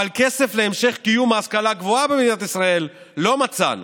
אבל כסף להמשך קיום ההשכלה הגבוהה במדינת ישראל לא מצאנו.